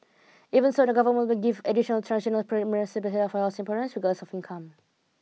even so the government will give additionaltransitional premium subsidies for your Singaporeans regard of income